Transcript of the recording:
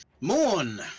Morn